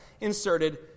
inserted